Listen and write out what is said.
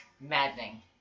maddening